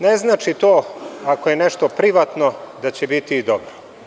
Ne znači to ako je nešto privatno da će biti i dobro.